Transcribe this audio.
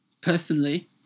Personally